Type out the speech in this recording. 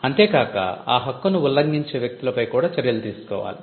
అంతే కాక ఆ హక్కును ఉల్లంఘించే వ్యక్తులపై కూడా చర్యలు తీసుకోవాలి